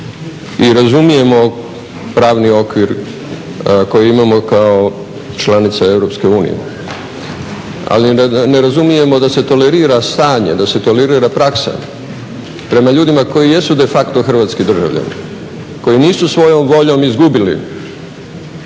i razumijemo pravni okvir koji imamo kao članica EU, ali ne razumijemo da se tolerira stanje, da se tolerira praksa prema ljudima koji jesu de facto hrvatski državljani, koji nisu svojom voljom izgubili